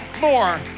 more